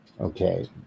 Okay